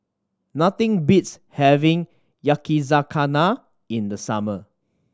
nothing beats having Yakizakana in the summer